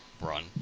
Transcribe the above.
run